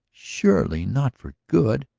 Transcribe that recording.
surely not for good?